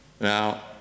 Now